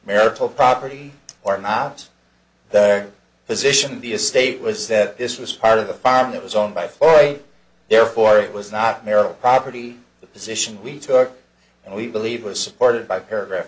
marital property or not their position the estate was that this was part of the farm that was owned by floyd therefore it was not marital property the position we took and we believe was supported by paragraph